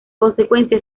consecuencia